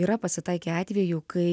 yra pasitaikę atvejų kai